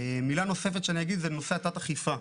מילה נוספת שאני אגיד זה לנושא תת האכיפה.